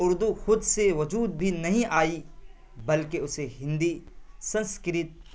اردو خود سے وجود بھی نہیں آئی بلکہ اسے ہندی سنسکرت